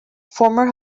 former